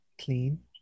clean